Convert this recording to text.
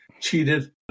cheated